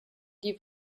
die